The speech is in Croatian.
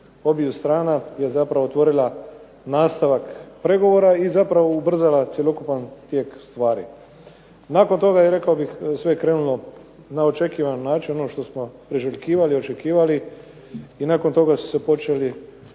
obiju strana je zapravo otvorila nastavak pregovora i zapravo ubrzala cjelokupan tijek stvari. Nakon toga je rekao bih sve krenulo na očekivan način, ono što smo priželjkivali i očekivali. I nakon toga su se počeli